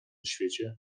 świecie